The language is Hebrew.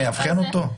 הוא יאבחן אותו?